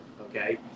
okay